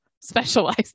specialized